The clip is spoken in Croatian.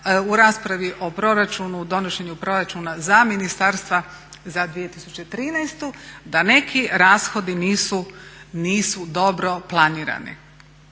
u raspravi u proračunu u donošenju proračuna za ministarstva za 2013. da neki rashodi nisu dobro planirani.